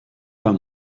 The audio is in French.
pas